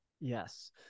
yes